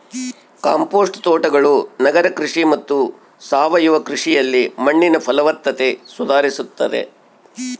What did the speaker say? compost ತೋಟಗಳು ನಗರ ಕೃಷಿ ಮತ್ತು ಸಾವಯವ ಕೃಷಿಯಲ್ಲಿ ಮಣ್ಣಿನ ಫಲವತ್ತತೆ ಸುಧಾರಿಸ್ತತೆ